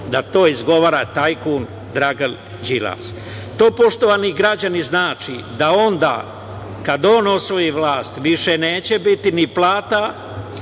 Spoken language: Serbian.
da to izgovara tajkun Dragan Đilas? To, poštovani građani, znači da onda kad on osvoji vlast, više neće biti ni plata,